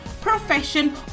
profession